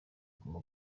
guma